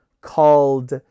called